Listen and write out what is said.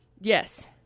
Yes